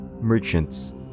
merchants